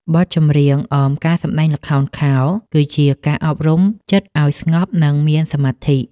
បទចម្រៀងអមការសម្ដែងល្ខោនខោល គឺជាការអប់រំចិត្តឱ្យស្ងប់ និងមានសមាធិ។